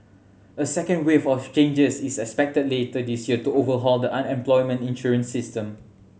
a second wave of changes is expected later this year to overhaul the unemployment insurance system